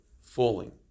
falling